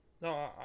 No